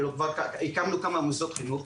כלומר כבר הקמנו כמה מוסדות חינוך,